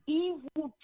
evil